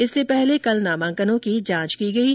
इससे पहले ॅकल नामांकनों की जांच की गयी